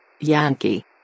Yankee